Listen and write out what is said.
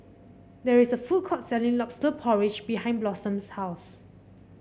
there is a food court selling lobster porridge behind Blossom's house